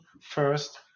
first